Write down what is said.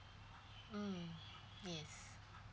mm yes